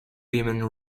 women